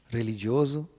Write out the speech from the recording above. religioso